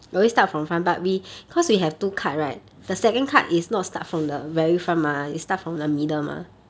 mmhmm